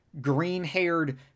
green-haired